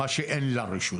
מה שאין לרשות,